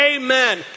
Amen